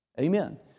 Amen